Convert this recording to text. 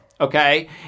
Okay